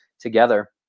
together